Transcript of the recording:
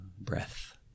breath